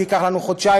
זה ייקח לנו חודשיים,